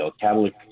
Catholic